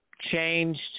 changed